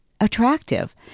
attractive